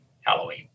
Halloween